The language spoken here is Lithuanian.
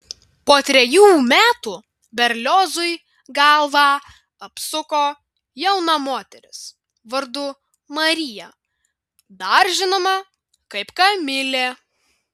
po trejų metų berliozui galvą apsuko jauna moteris vardu marija dar žinoma kaip kamilė